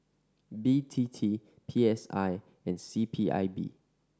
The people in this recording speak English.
B T T P S I and C P I B